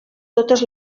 totes